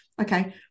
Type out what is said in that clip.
okay